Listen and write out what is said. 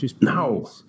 No